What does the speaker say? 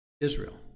Israel